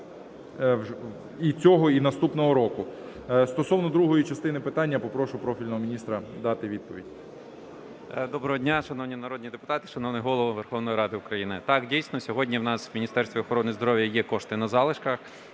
і цього, і наступного року. Стосовно другої частини питання попрошу профільного міністра дати відповідь. 11:51:34 ЛЯШКО В.К. Доброго дня, шановні народні депутати, шановний Голово Верховної Ради України! Так, дійсно сьогодні в нас в Міністерстві охорони здоров'я є кошти на залишках.